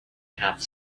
have